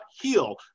heal